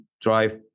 drive